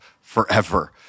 forever